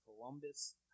columbus